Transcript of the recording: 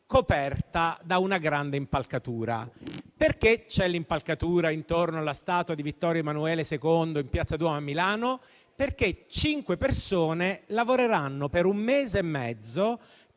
coperta da una grande impalcatura. Perché c'è l'impalcatura intorno alla statua di Vittorio Emanuele II, in piazza Duomo a Milano? Perché cinque persone lavoreranno, per un mese e mezzo, per